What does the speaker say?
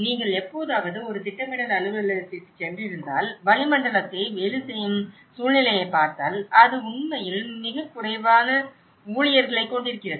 நீங்கள் எப்போதாவது ஒரு திட்டமிடல் அலுவலகத்திற்குச் சென்றிருந்தால் வளிமண்டலத்தை வேலை செய்யும் சூழ்நிலையைப் பார்த்தால் அது உண்மையில் மிகக் குறைவான ஊழியர்களைக் கொண்டிருக்கிறது